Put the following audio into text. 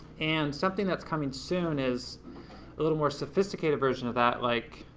and something that's coming soon is a little more sophisticated version of that, like,